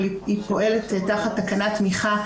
אבל היא פועלת תחת תקנת תמיכה,